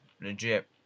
legit